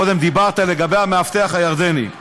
קודם דיברת על המאבטח הירדני.